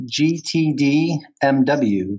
GTDMW